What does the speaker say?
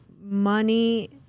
money